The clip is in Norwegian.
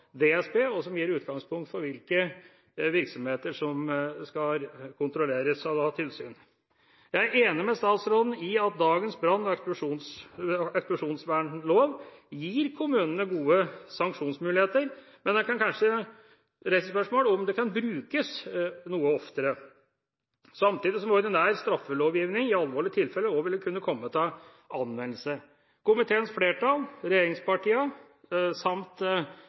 DSB, og som gir utgangspunkt for hvilke virksomheter som skal kontrolleres og ha tilsyn. Jeg er enig med statsråden i at dagens brann- og eksplosjonsvernlov gir kommunene gode sanksjonsmuligheter, men jeg kan kanskje reise spørsmål om det kan brukes noe oftere, samtidig som ordinær straffelovgivning i alvorlige tilfeller også vil kunne komme til anvendelse. Komiteens flertall, regjeringspartiene samt